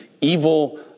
evil